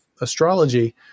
astrology